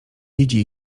widzi